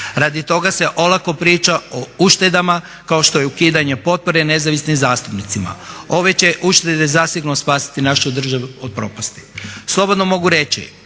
radi toga se olako priča o uštedama kao što je ukidanje potpore nezavisnim zastupnicima. Ove će uštede zasigurno spasiti našu državu od propasti. Slobodno mogu reći,